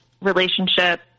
relationship